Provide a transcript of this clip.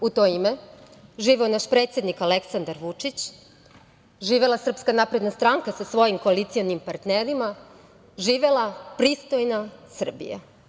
U to ime, živeo naš predsednik Aleksandar Vučić, živela SNS sa svojim koalicionim partnerima i živela pristojna Srbija.